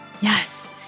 Yes